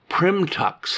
PrimTux